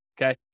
okay